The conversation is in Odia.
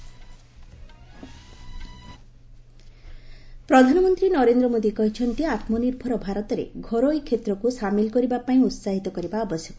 ପିଏମ୍ ନୀତି ଆୟୋଗ ପ୍ରଧାନମନ୍ତ୍ରୀ ନରେନ୍ଦ୍ର ମୋଦୀ କହିଛନ୍ତି ଆତ୍ମନିର୍ଭର ଭାରତରେ ଘରୋଇ କ୍ଷେତ୍ରକୁ ସାମିଲ କରିବା ପାଇଁ ଉହାହିତ କରିବା ଆବଶ୍ୟକ